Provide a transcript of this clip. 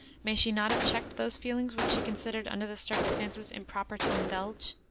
may she not have checked those feelings which she considered under the circumstances improper to indulge?